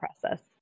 process